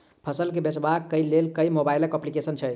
फसल केँ बेचबाक केँ लेल केँ मोबाइल अप्लिकेशन छैय?